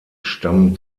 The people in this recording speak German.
stammen